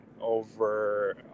over